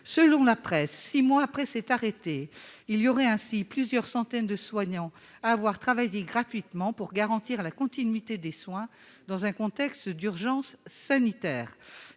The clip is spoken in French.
selon la presse, 6 mois après s'être arrêté, il y aurait ainsi plusieurs centaines de soignants à avoir travaillé gratuitement pour garantir la continuité des soins dans un contexte d'urgence sanitaire,